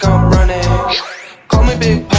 running call me big